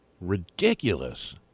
Ridiculous